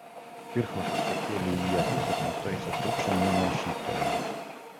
kirchhofas pakėlė į jį akis ir nutaisęs rūgščią miną šyptelėjo